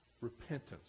repentance